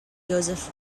josef